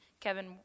Kevin